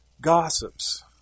gossips